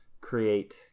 create